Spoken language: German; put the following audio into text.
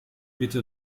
bitte